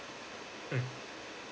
mm